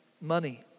money